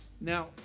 Now